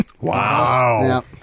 Wow